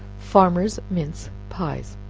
farmers' mince pies.